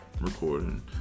recording